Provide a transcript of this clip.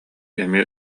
эмиэ